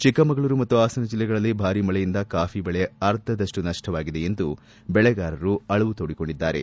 ಚಿಕ್ಕಮಗಳೂರು ಮತ್ತು ಪಾಸನ ಜಿಲ್ಲೆಗಳಲ್ಲಿ ಭಾರಿ ಮಳೆಯಿಂದ ಕಾಫಿ ಬೆಳೆ ಅರ್ಧದಷ್ಟು ನಷ್ಟವಾಗಿದೆ ಎಂದು ಬೆಳೆಗಾರರು ಅಳುವು ಕೊಡಿಕೊಂಡಿದ್ದಾರೆ